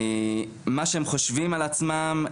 מה שהם חושבים על עצמם,